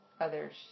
others